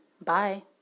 Bye